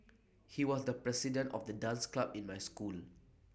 he was the president of the dance club in my school